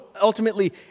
ultimately